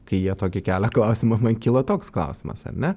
kai jie tokį kelia klausimą man kyla toks klausimas ar ne